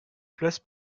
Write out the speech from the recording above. place